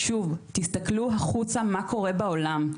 תסתכלו החוצה מה קורה בעולם,